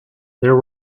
there